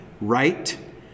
right